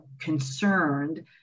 concerned